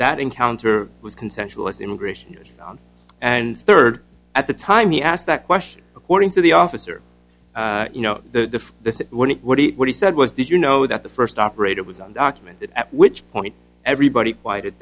that encounter was consensual is immigration and third at the time he asked that question according to the officer you know the this is what he said was did you know that the first operator was undocumented at which point everybody quieted